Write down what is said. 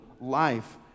life